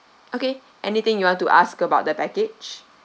okay anything you want to ask about the package